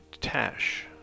Tash